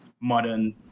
modern